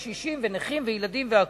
קשישים ונכים וילדים והכול.